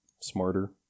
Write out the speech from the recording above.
smarter